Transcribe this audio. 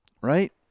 Right